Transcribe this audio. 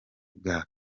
bwa